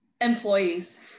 Employees